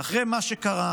אחרי מה שקרה,